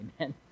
Amen